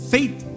Faith